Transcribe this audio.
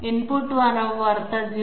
input वारंवारता 0